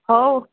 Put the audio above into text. ହେଉ